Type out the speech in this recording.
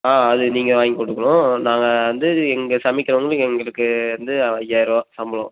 ஆ அது நீங்கள் வாங்கிக் கொடுக்கணும் நாங்கள் வந்து எங்க சமைக்கிறவர்களுக்கு எங்களுக்கு வந்து ஐயாயர ரூபா சம்பளம்